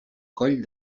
coll